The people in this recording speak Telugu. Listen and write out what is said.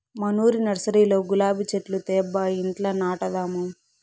మనూరి నర్సరీలో గులాబీ చెట్లు తేబ్బా ఇంట్ల నాటదాము